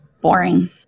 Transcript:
boring